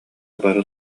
бары